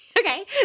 okay